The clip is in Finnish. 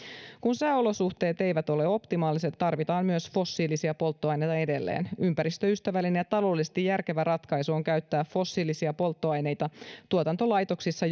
kun sääolosuhteet eivät ole optimaaliset tarvitaan myös fossiilisia polttoaineita edelleen ympäristöystävällinen ja taloudellisesti järkevä ratkaisu on käyttää fossiilisia polttoaineita tuotantolaitoksissa